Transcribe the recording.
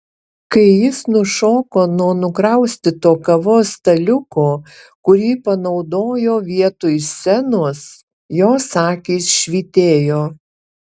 kai jis nušoko nuo nukraustyto kavos staliuko kurį panaudojo vietoj scenos jos akys švytėjo